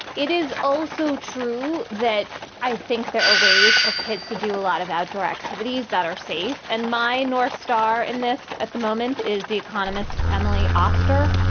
it is also true that i think there are ways for kids to do a lot of outdoor activities that are safe. and my north star and this at the moment is the economist emily oster.